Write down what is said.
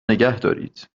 نگهدارید